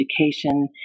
education